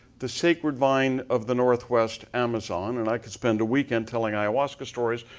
the sacred vine of the northwest amazon. and i could spend a weekend telling ayahuasca stories,